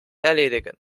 erledigen